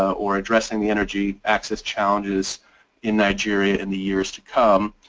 or addressing the energy access challenges in nigeria in the years to come.